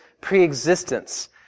pre-existence